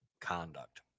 conduct